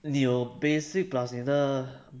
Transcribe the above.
你有 basic plus 你的